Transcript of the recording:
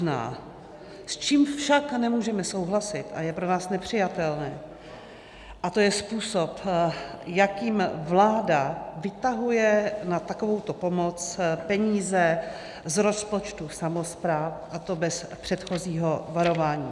S čím však nemůžeme souhlasit a co je pro nás nepřijatelné, je způsob, jakým vláda vytahuje na takovouto pomoc peníze z rozpočtu samospráv, a to bez předchozího varování.